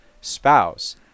spouse